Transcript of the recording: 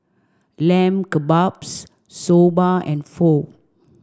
Lamb Kebabs Soba and Pho